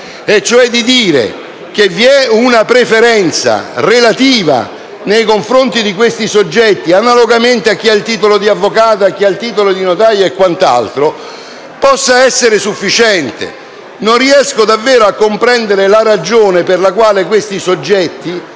prevedeva che una preferenza relativa nei confronti di questi soggetti, analogamente a chi ha il titolo di avvocato, di notaio o altro titolo può essere sufficiente. Non riesco davvero a comprendere la ragione per la quale questi soggetti